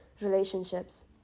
relationships